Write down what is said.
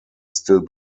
still